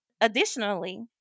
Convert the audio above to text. Additionally